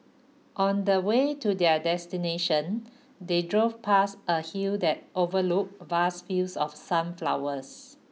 on the way to their destination they drove past a hill that overlooked vast fields of sunflowers